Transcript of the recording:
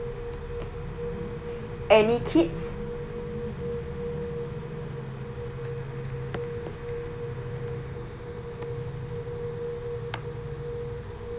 any kids